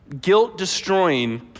guilt-destroying